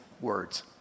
words